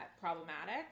problematic